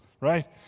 right